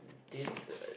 this